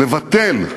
לבטל,